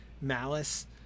malice